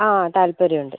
ആ താൽപര്യമുണ്ട്